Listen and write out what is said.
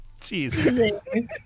Jeez